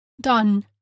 Done